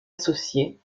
associés